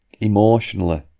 emotionally